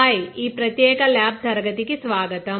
hi ఈ ప్రత్యేక lab తరగతి కి స్వాగతం